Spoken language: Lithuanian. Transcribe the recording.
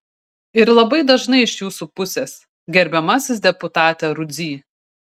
ir labai dažnai iš jūsų pusės gerbiamasis deputate rudzy